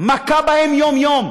מכה בהם יום-יום.